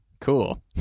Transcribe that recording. cool